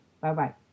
Bye-bye